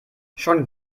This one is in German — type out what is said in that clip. schon